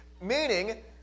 Meaning